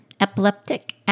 Epileptic